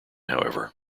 however